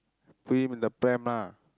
put him in the pram lah